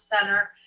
Center